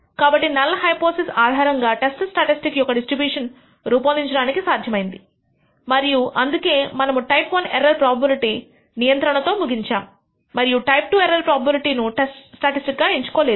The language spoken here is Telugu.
కాబట్టి నల్ హైపోథిసిస్ ఆధారంగా టెస్ట్ స్టాటిస్టిక్ యొక్క డిస్ట్రిబ్యూషన్ రూపొందించడానికి సాధ్యమైంది మరియు అందుకే మనము టైప్ I ఎర్రర్ ప్రోబబిలిటీ నియంత్రణతో ముగించాము మరియు టైప్ II ఎర్రర్ ను టెస్ట్ స్టాటిస్టిక్ గా ఎంచుకోలేదు